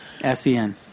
S-E-N